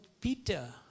Peter